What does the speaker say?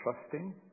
trusting